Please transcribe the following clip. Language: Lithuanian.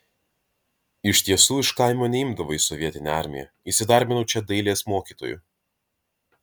iš tiesų iš kaimo neimdavo į sovietinę armiją įsidarbinau čia dailės mokytoju